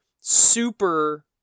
super